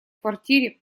квартире